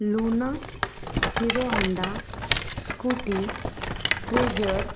luna Hero Honda scooty pleasure